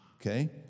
okay